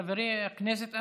חברי הכנסת,